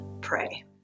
pray